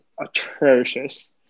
atrocious